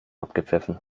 abgepfiffen